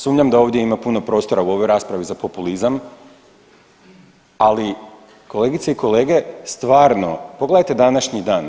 Sumnjam da ovdje ima puno prostora u ovoj raspravi za populizam, ali kolegice i kolege stvarno pogledajte današnji dan.